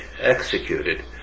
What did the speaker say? executed